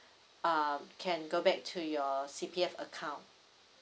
uh can go back to your C_P_F account